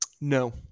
No